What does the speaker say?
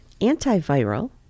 antiviral